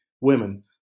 women